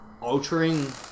altering